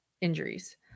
injuries